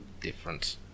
different